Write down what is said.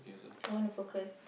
I wanna focus